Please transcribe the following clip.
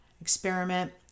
experiment